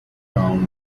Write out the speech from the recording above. browne